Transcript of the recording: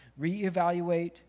Reevaluate